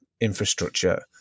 infrastructure